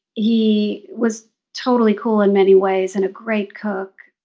he was totally cool in many ways and a great cook,